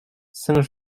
saint